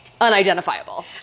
unidentifiable